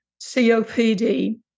COPD